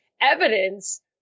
evidence